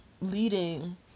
leading